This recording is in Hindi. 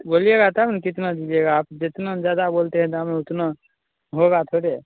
बोलिएगा तब न कितना दीजिएगा आप जितना ज्यादा बोलते हैं दाम उतना होगा थोड़े